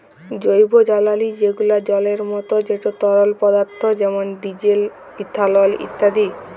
জৈবজালালী যেগলা জলের মত যেট তরল পদাথ্থ যেমল ডিজেল, ইথালল ইত্যাদি